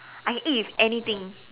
I can eat with anything